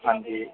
ਹਾਂਜੀ